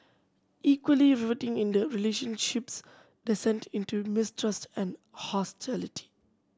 equally riveting is the relationship's descent into mistrust and hostility